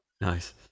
Nice